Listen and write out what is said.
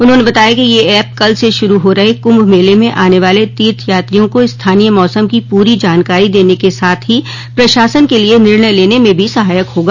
उन्होंने बताया कि यह ऐप कल से शुरू हो रहे कुंभ मेले में आने वाले तीर्थयात्रियों को स्थानीय मौसम की पूरी जानकारी देने के साथ ही प्रशासन के लिये निर्णय लेने में भो सहायक होगा